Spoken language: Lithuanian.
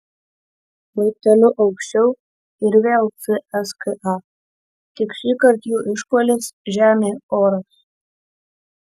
laipteliu aukščiau ir vėl cska tik šįkart jų išpuolis žemė oras